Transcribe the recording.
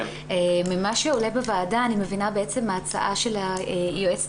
ממה שעולה בוועדה אני מבינה שההצעה של היועצת